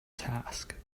task